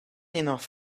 enough